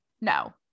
No